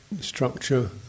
structure